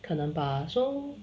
可能 bah so